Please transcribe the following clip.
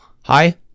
Hi